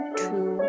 two